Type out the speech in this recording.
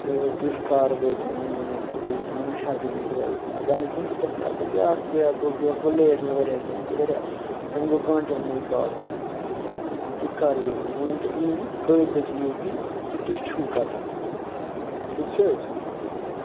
تہٕ تُہۍ کر وٲتِو مےٚ مےٚ ؤنۍتو ییٖژہن مہربٲنی روزِ اَگر نہٕ کیٚنٛہہ تہٕ تیٚلہِ کرٕ بہٕ بیٛاکھ کیب بُک یورٕ گوٚو لیٹ مےٚ واریاہ کیازِ کہِ واریاہ تَنہٕ گوٚو گٲنٹہٕ یَنہٕ مےٚ یہِ کال کٔر تُہۍ کر یِیِو ؤنۍتو یی مےٚ کٔژِ بَجہِ یِیِو تُہۍ تہٕ تُہۍ چھُو کَتٮ۪ن ٹھیٖک چھِ حظ